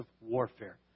warfare